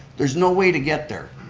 there's no way to get there.